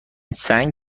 سنگ